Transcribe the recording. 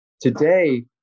today